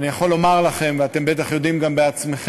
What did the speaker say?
אני יכול לומר לכם, ואתם בטח יודעים גם בעצמכם,